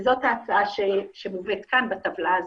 זאת ההצעה שמובאת כאן בטבלה הזאת.